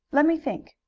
let me think!